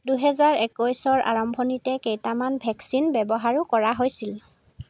দুহেজাৰ একৈছৰ আৰম্ভণিতে কেইটামান ভেকচিন ব্যৱহাৰো কৰা হৈছিল